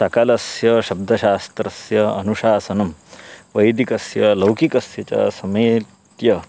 सकलस्य शब्दशास्त्रस्य अनुशासनं वैदिकस्य लौकिकस्य च समेत्य